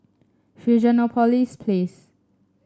Fusionopolis Place